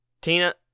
Tina